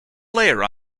layer